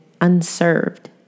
unserved